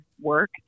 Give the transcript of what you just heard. work